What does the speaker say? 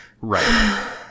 Right